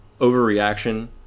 overreaction